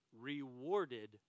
rewarded